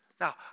now